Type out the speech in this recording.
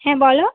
হ্যাঁ বলো